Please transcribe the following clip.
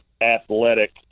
athletic